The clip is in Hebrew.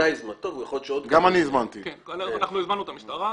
אנחנו הזמנו את המשטרה.